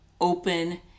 open